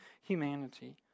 humanity